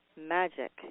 magic